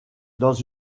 dans